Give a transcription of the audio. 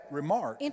remark